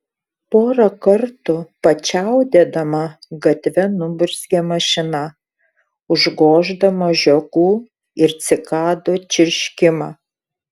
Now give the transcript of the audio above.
porą kartų pačiaudėdama gatve nuburzgė mašina užgoždama žiogų ir cikadų čirškimą